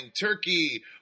Turkey